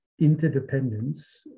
interdependence